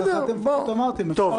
ככה אמרתם.